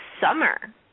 summer